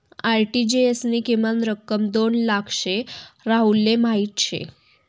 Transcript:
RTGS नी किमान रक्कम दोन लाख शे हाई राहुलले माहीत शे